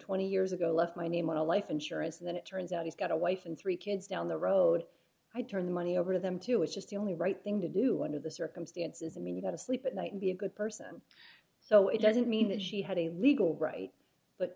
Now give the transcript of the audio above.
twenty years ago left my name on a life insurance then it turns out he's got a wife and three kids down the road i turn the money over to them to which is the only right thing to do under the circumstances i mean you gotta sleep at night and be a good person so it doesn't mean that she had a legal right but